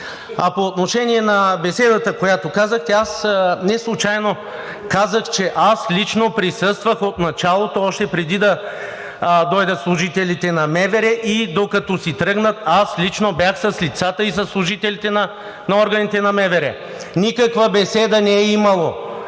По отношение на беседата, която казахте, аз неслучайно казах, че аз лично присъствах от началото, още преди да дойдат служителите на МВР и докато си тръгнат, аз лично бях с лицата и със служителите на органите на МВР. Никаква беседа не е имало